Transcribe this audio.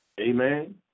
Amen